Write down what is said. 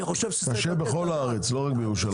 קשה בכל הארץ, לא רק בירושלים.